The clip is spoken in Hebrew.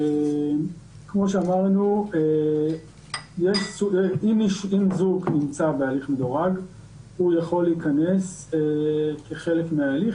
כמו שאמרנו אם זוג נמצא בהליך מדורג הוא יכול להיכנס כחלק מהתהליך,